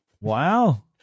Wow